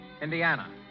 Indiana